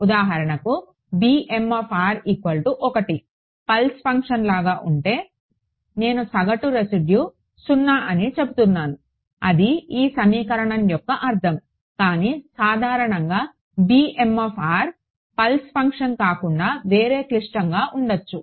ఉదాహరణకు 1 pulse function లాగా ఉంటే నేను సగటు రెసిడ్యు 0 అని చెప్తున్నాను అది ఈ సమీకరణం యొక్క అర్థం కానీ సాధారణంగా పల్స్ ఫంక్షన్ కాకుండా వేరే క్లిష్టంగా ఉండచ్చు